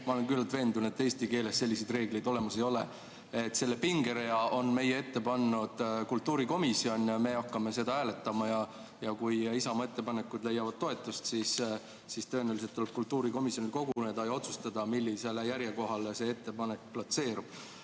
ma olen küllalt veendunud, et eesti keeles selliseid reegleid olemas ei ole. Selle pingerea on meie ette pannud kultuurikomisjon ja me hakkame seda hääletama. Kui Isamaa ettepanekud leiavad toetust, siis tõenäoliselt tuleb kultuurikomisjonil koguneda ja otsustada, millisele kohale see ettepanek platseerub.